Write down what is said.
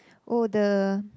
oh the